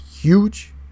huge